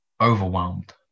overwhelmed